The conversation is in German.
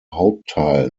hauptteil